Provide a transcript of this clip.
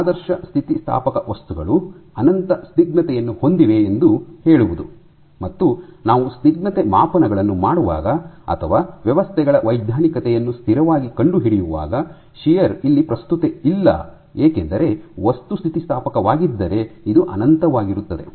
ಆದ್ದರಿಂದ ಆದರ್ಶ ಸ್ಥಿತಿಸ್ಥಾಪಕ ವಸ್ತುಗಳು ಅನಂತ ಸ್ನಿಗ್ಧತೆಯನ್ನು ಹೊಂದಿವೆ ಎಂದು ಹೇಳುವುದು ಮತ್ತು ನಾವು ಸ್ನಿಗ್ಧತೆ ಮಾಪನಗಳನ್ನು ಮಾಡುವಾಗ ಅಥವಾ ವ್ಯವಸ್ಥೆಗಳ ವೈಜ್ಞಾನಿಕತೆಯನ್ನು ಸ್ಥಿರವಾಗಿ ಕಂಡುಹಿಡಿಯುವಾಗ ಶಿಯರ್ ಇಲ್ಲಿ ಪ್ರಸ್ತುತತೆಯಿಲ್ಲ ಏಕೆಂದರೆ ವಸ್ತು ಸ್ಥಿತಿಸ್ಥಾಪಕವಾಗಿದ್ದರೆ ಇದು ಅನಂತವಾಗಿರುತ್ತದೆ